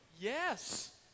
Yes